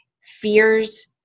fears